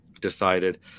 decided